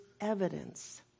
evidence